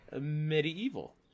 Medieval